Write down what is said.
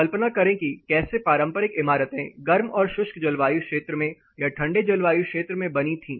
कल्पना करें कि कैसे पारंपरिक इमारते गर्म और शुष्क जलवायु क्षेत्र में या ठंडे जलवायु क्षेत्र में बनीं थी